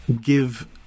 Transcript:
give